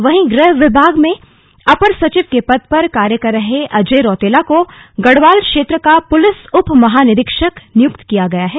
वहीं गृह विभाग में अपर सचिव के पद पर कार्य कर रहे अजय रौतेला को गढ़वाल क्षेत्र का पुलिस उप महानिरीक्षक नियुक्त किया गया है